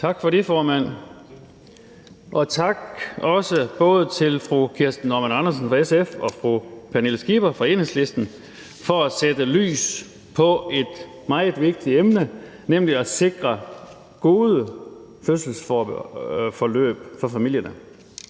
Tak for det, formand. Også tak til både fru Kirsten Normann Andersen fra SF og fru Pernille Skipper fra Enhedslisten for at sætte lys på et meget vigtigt emne, nemlig at sikre gode fødselsforløb for familierne.